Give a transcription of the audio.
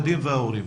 ההורים.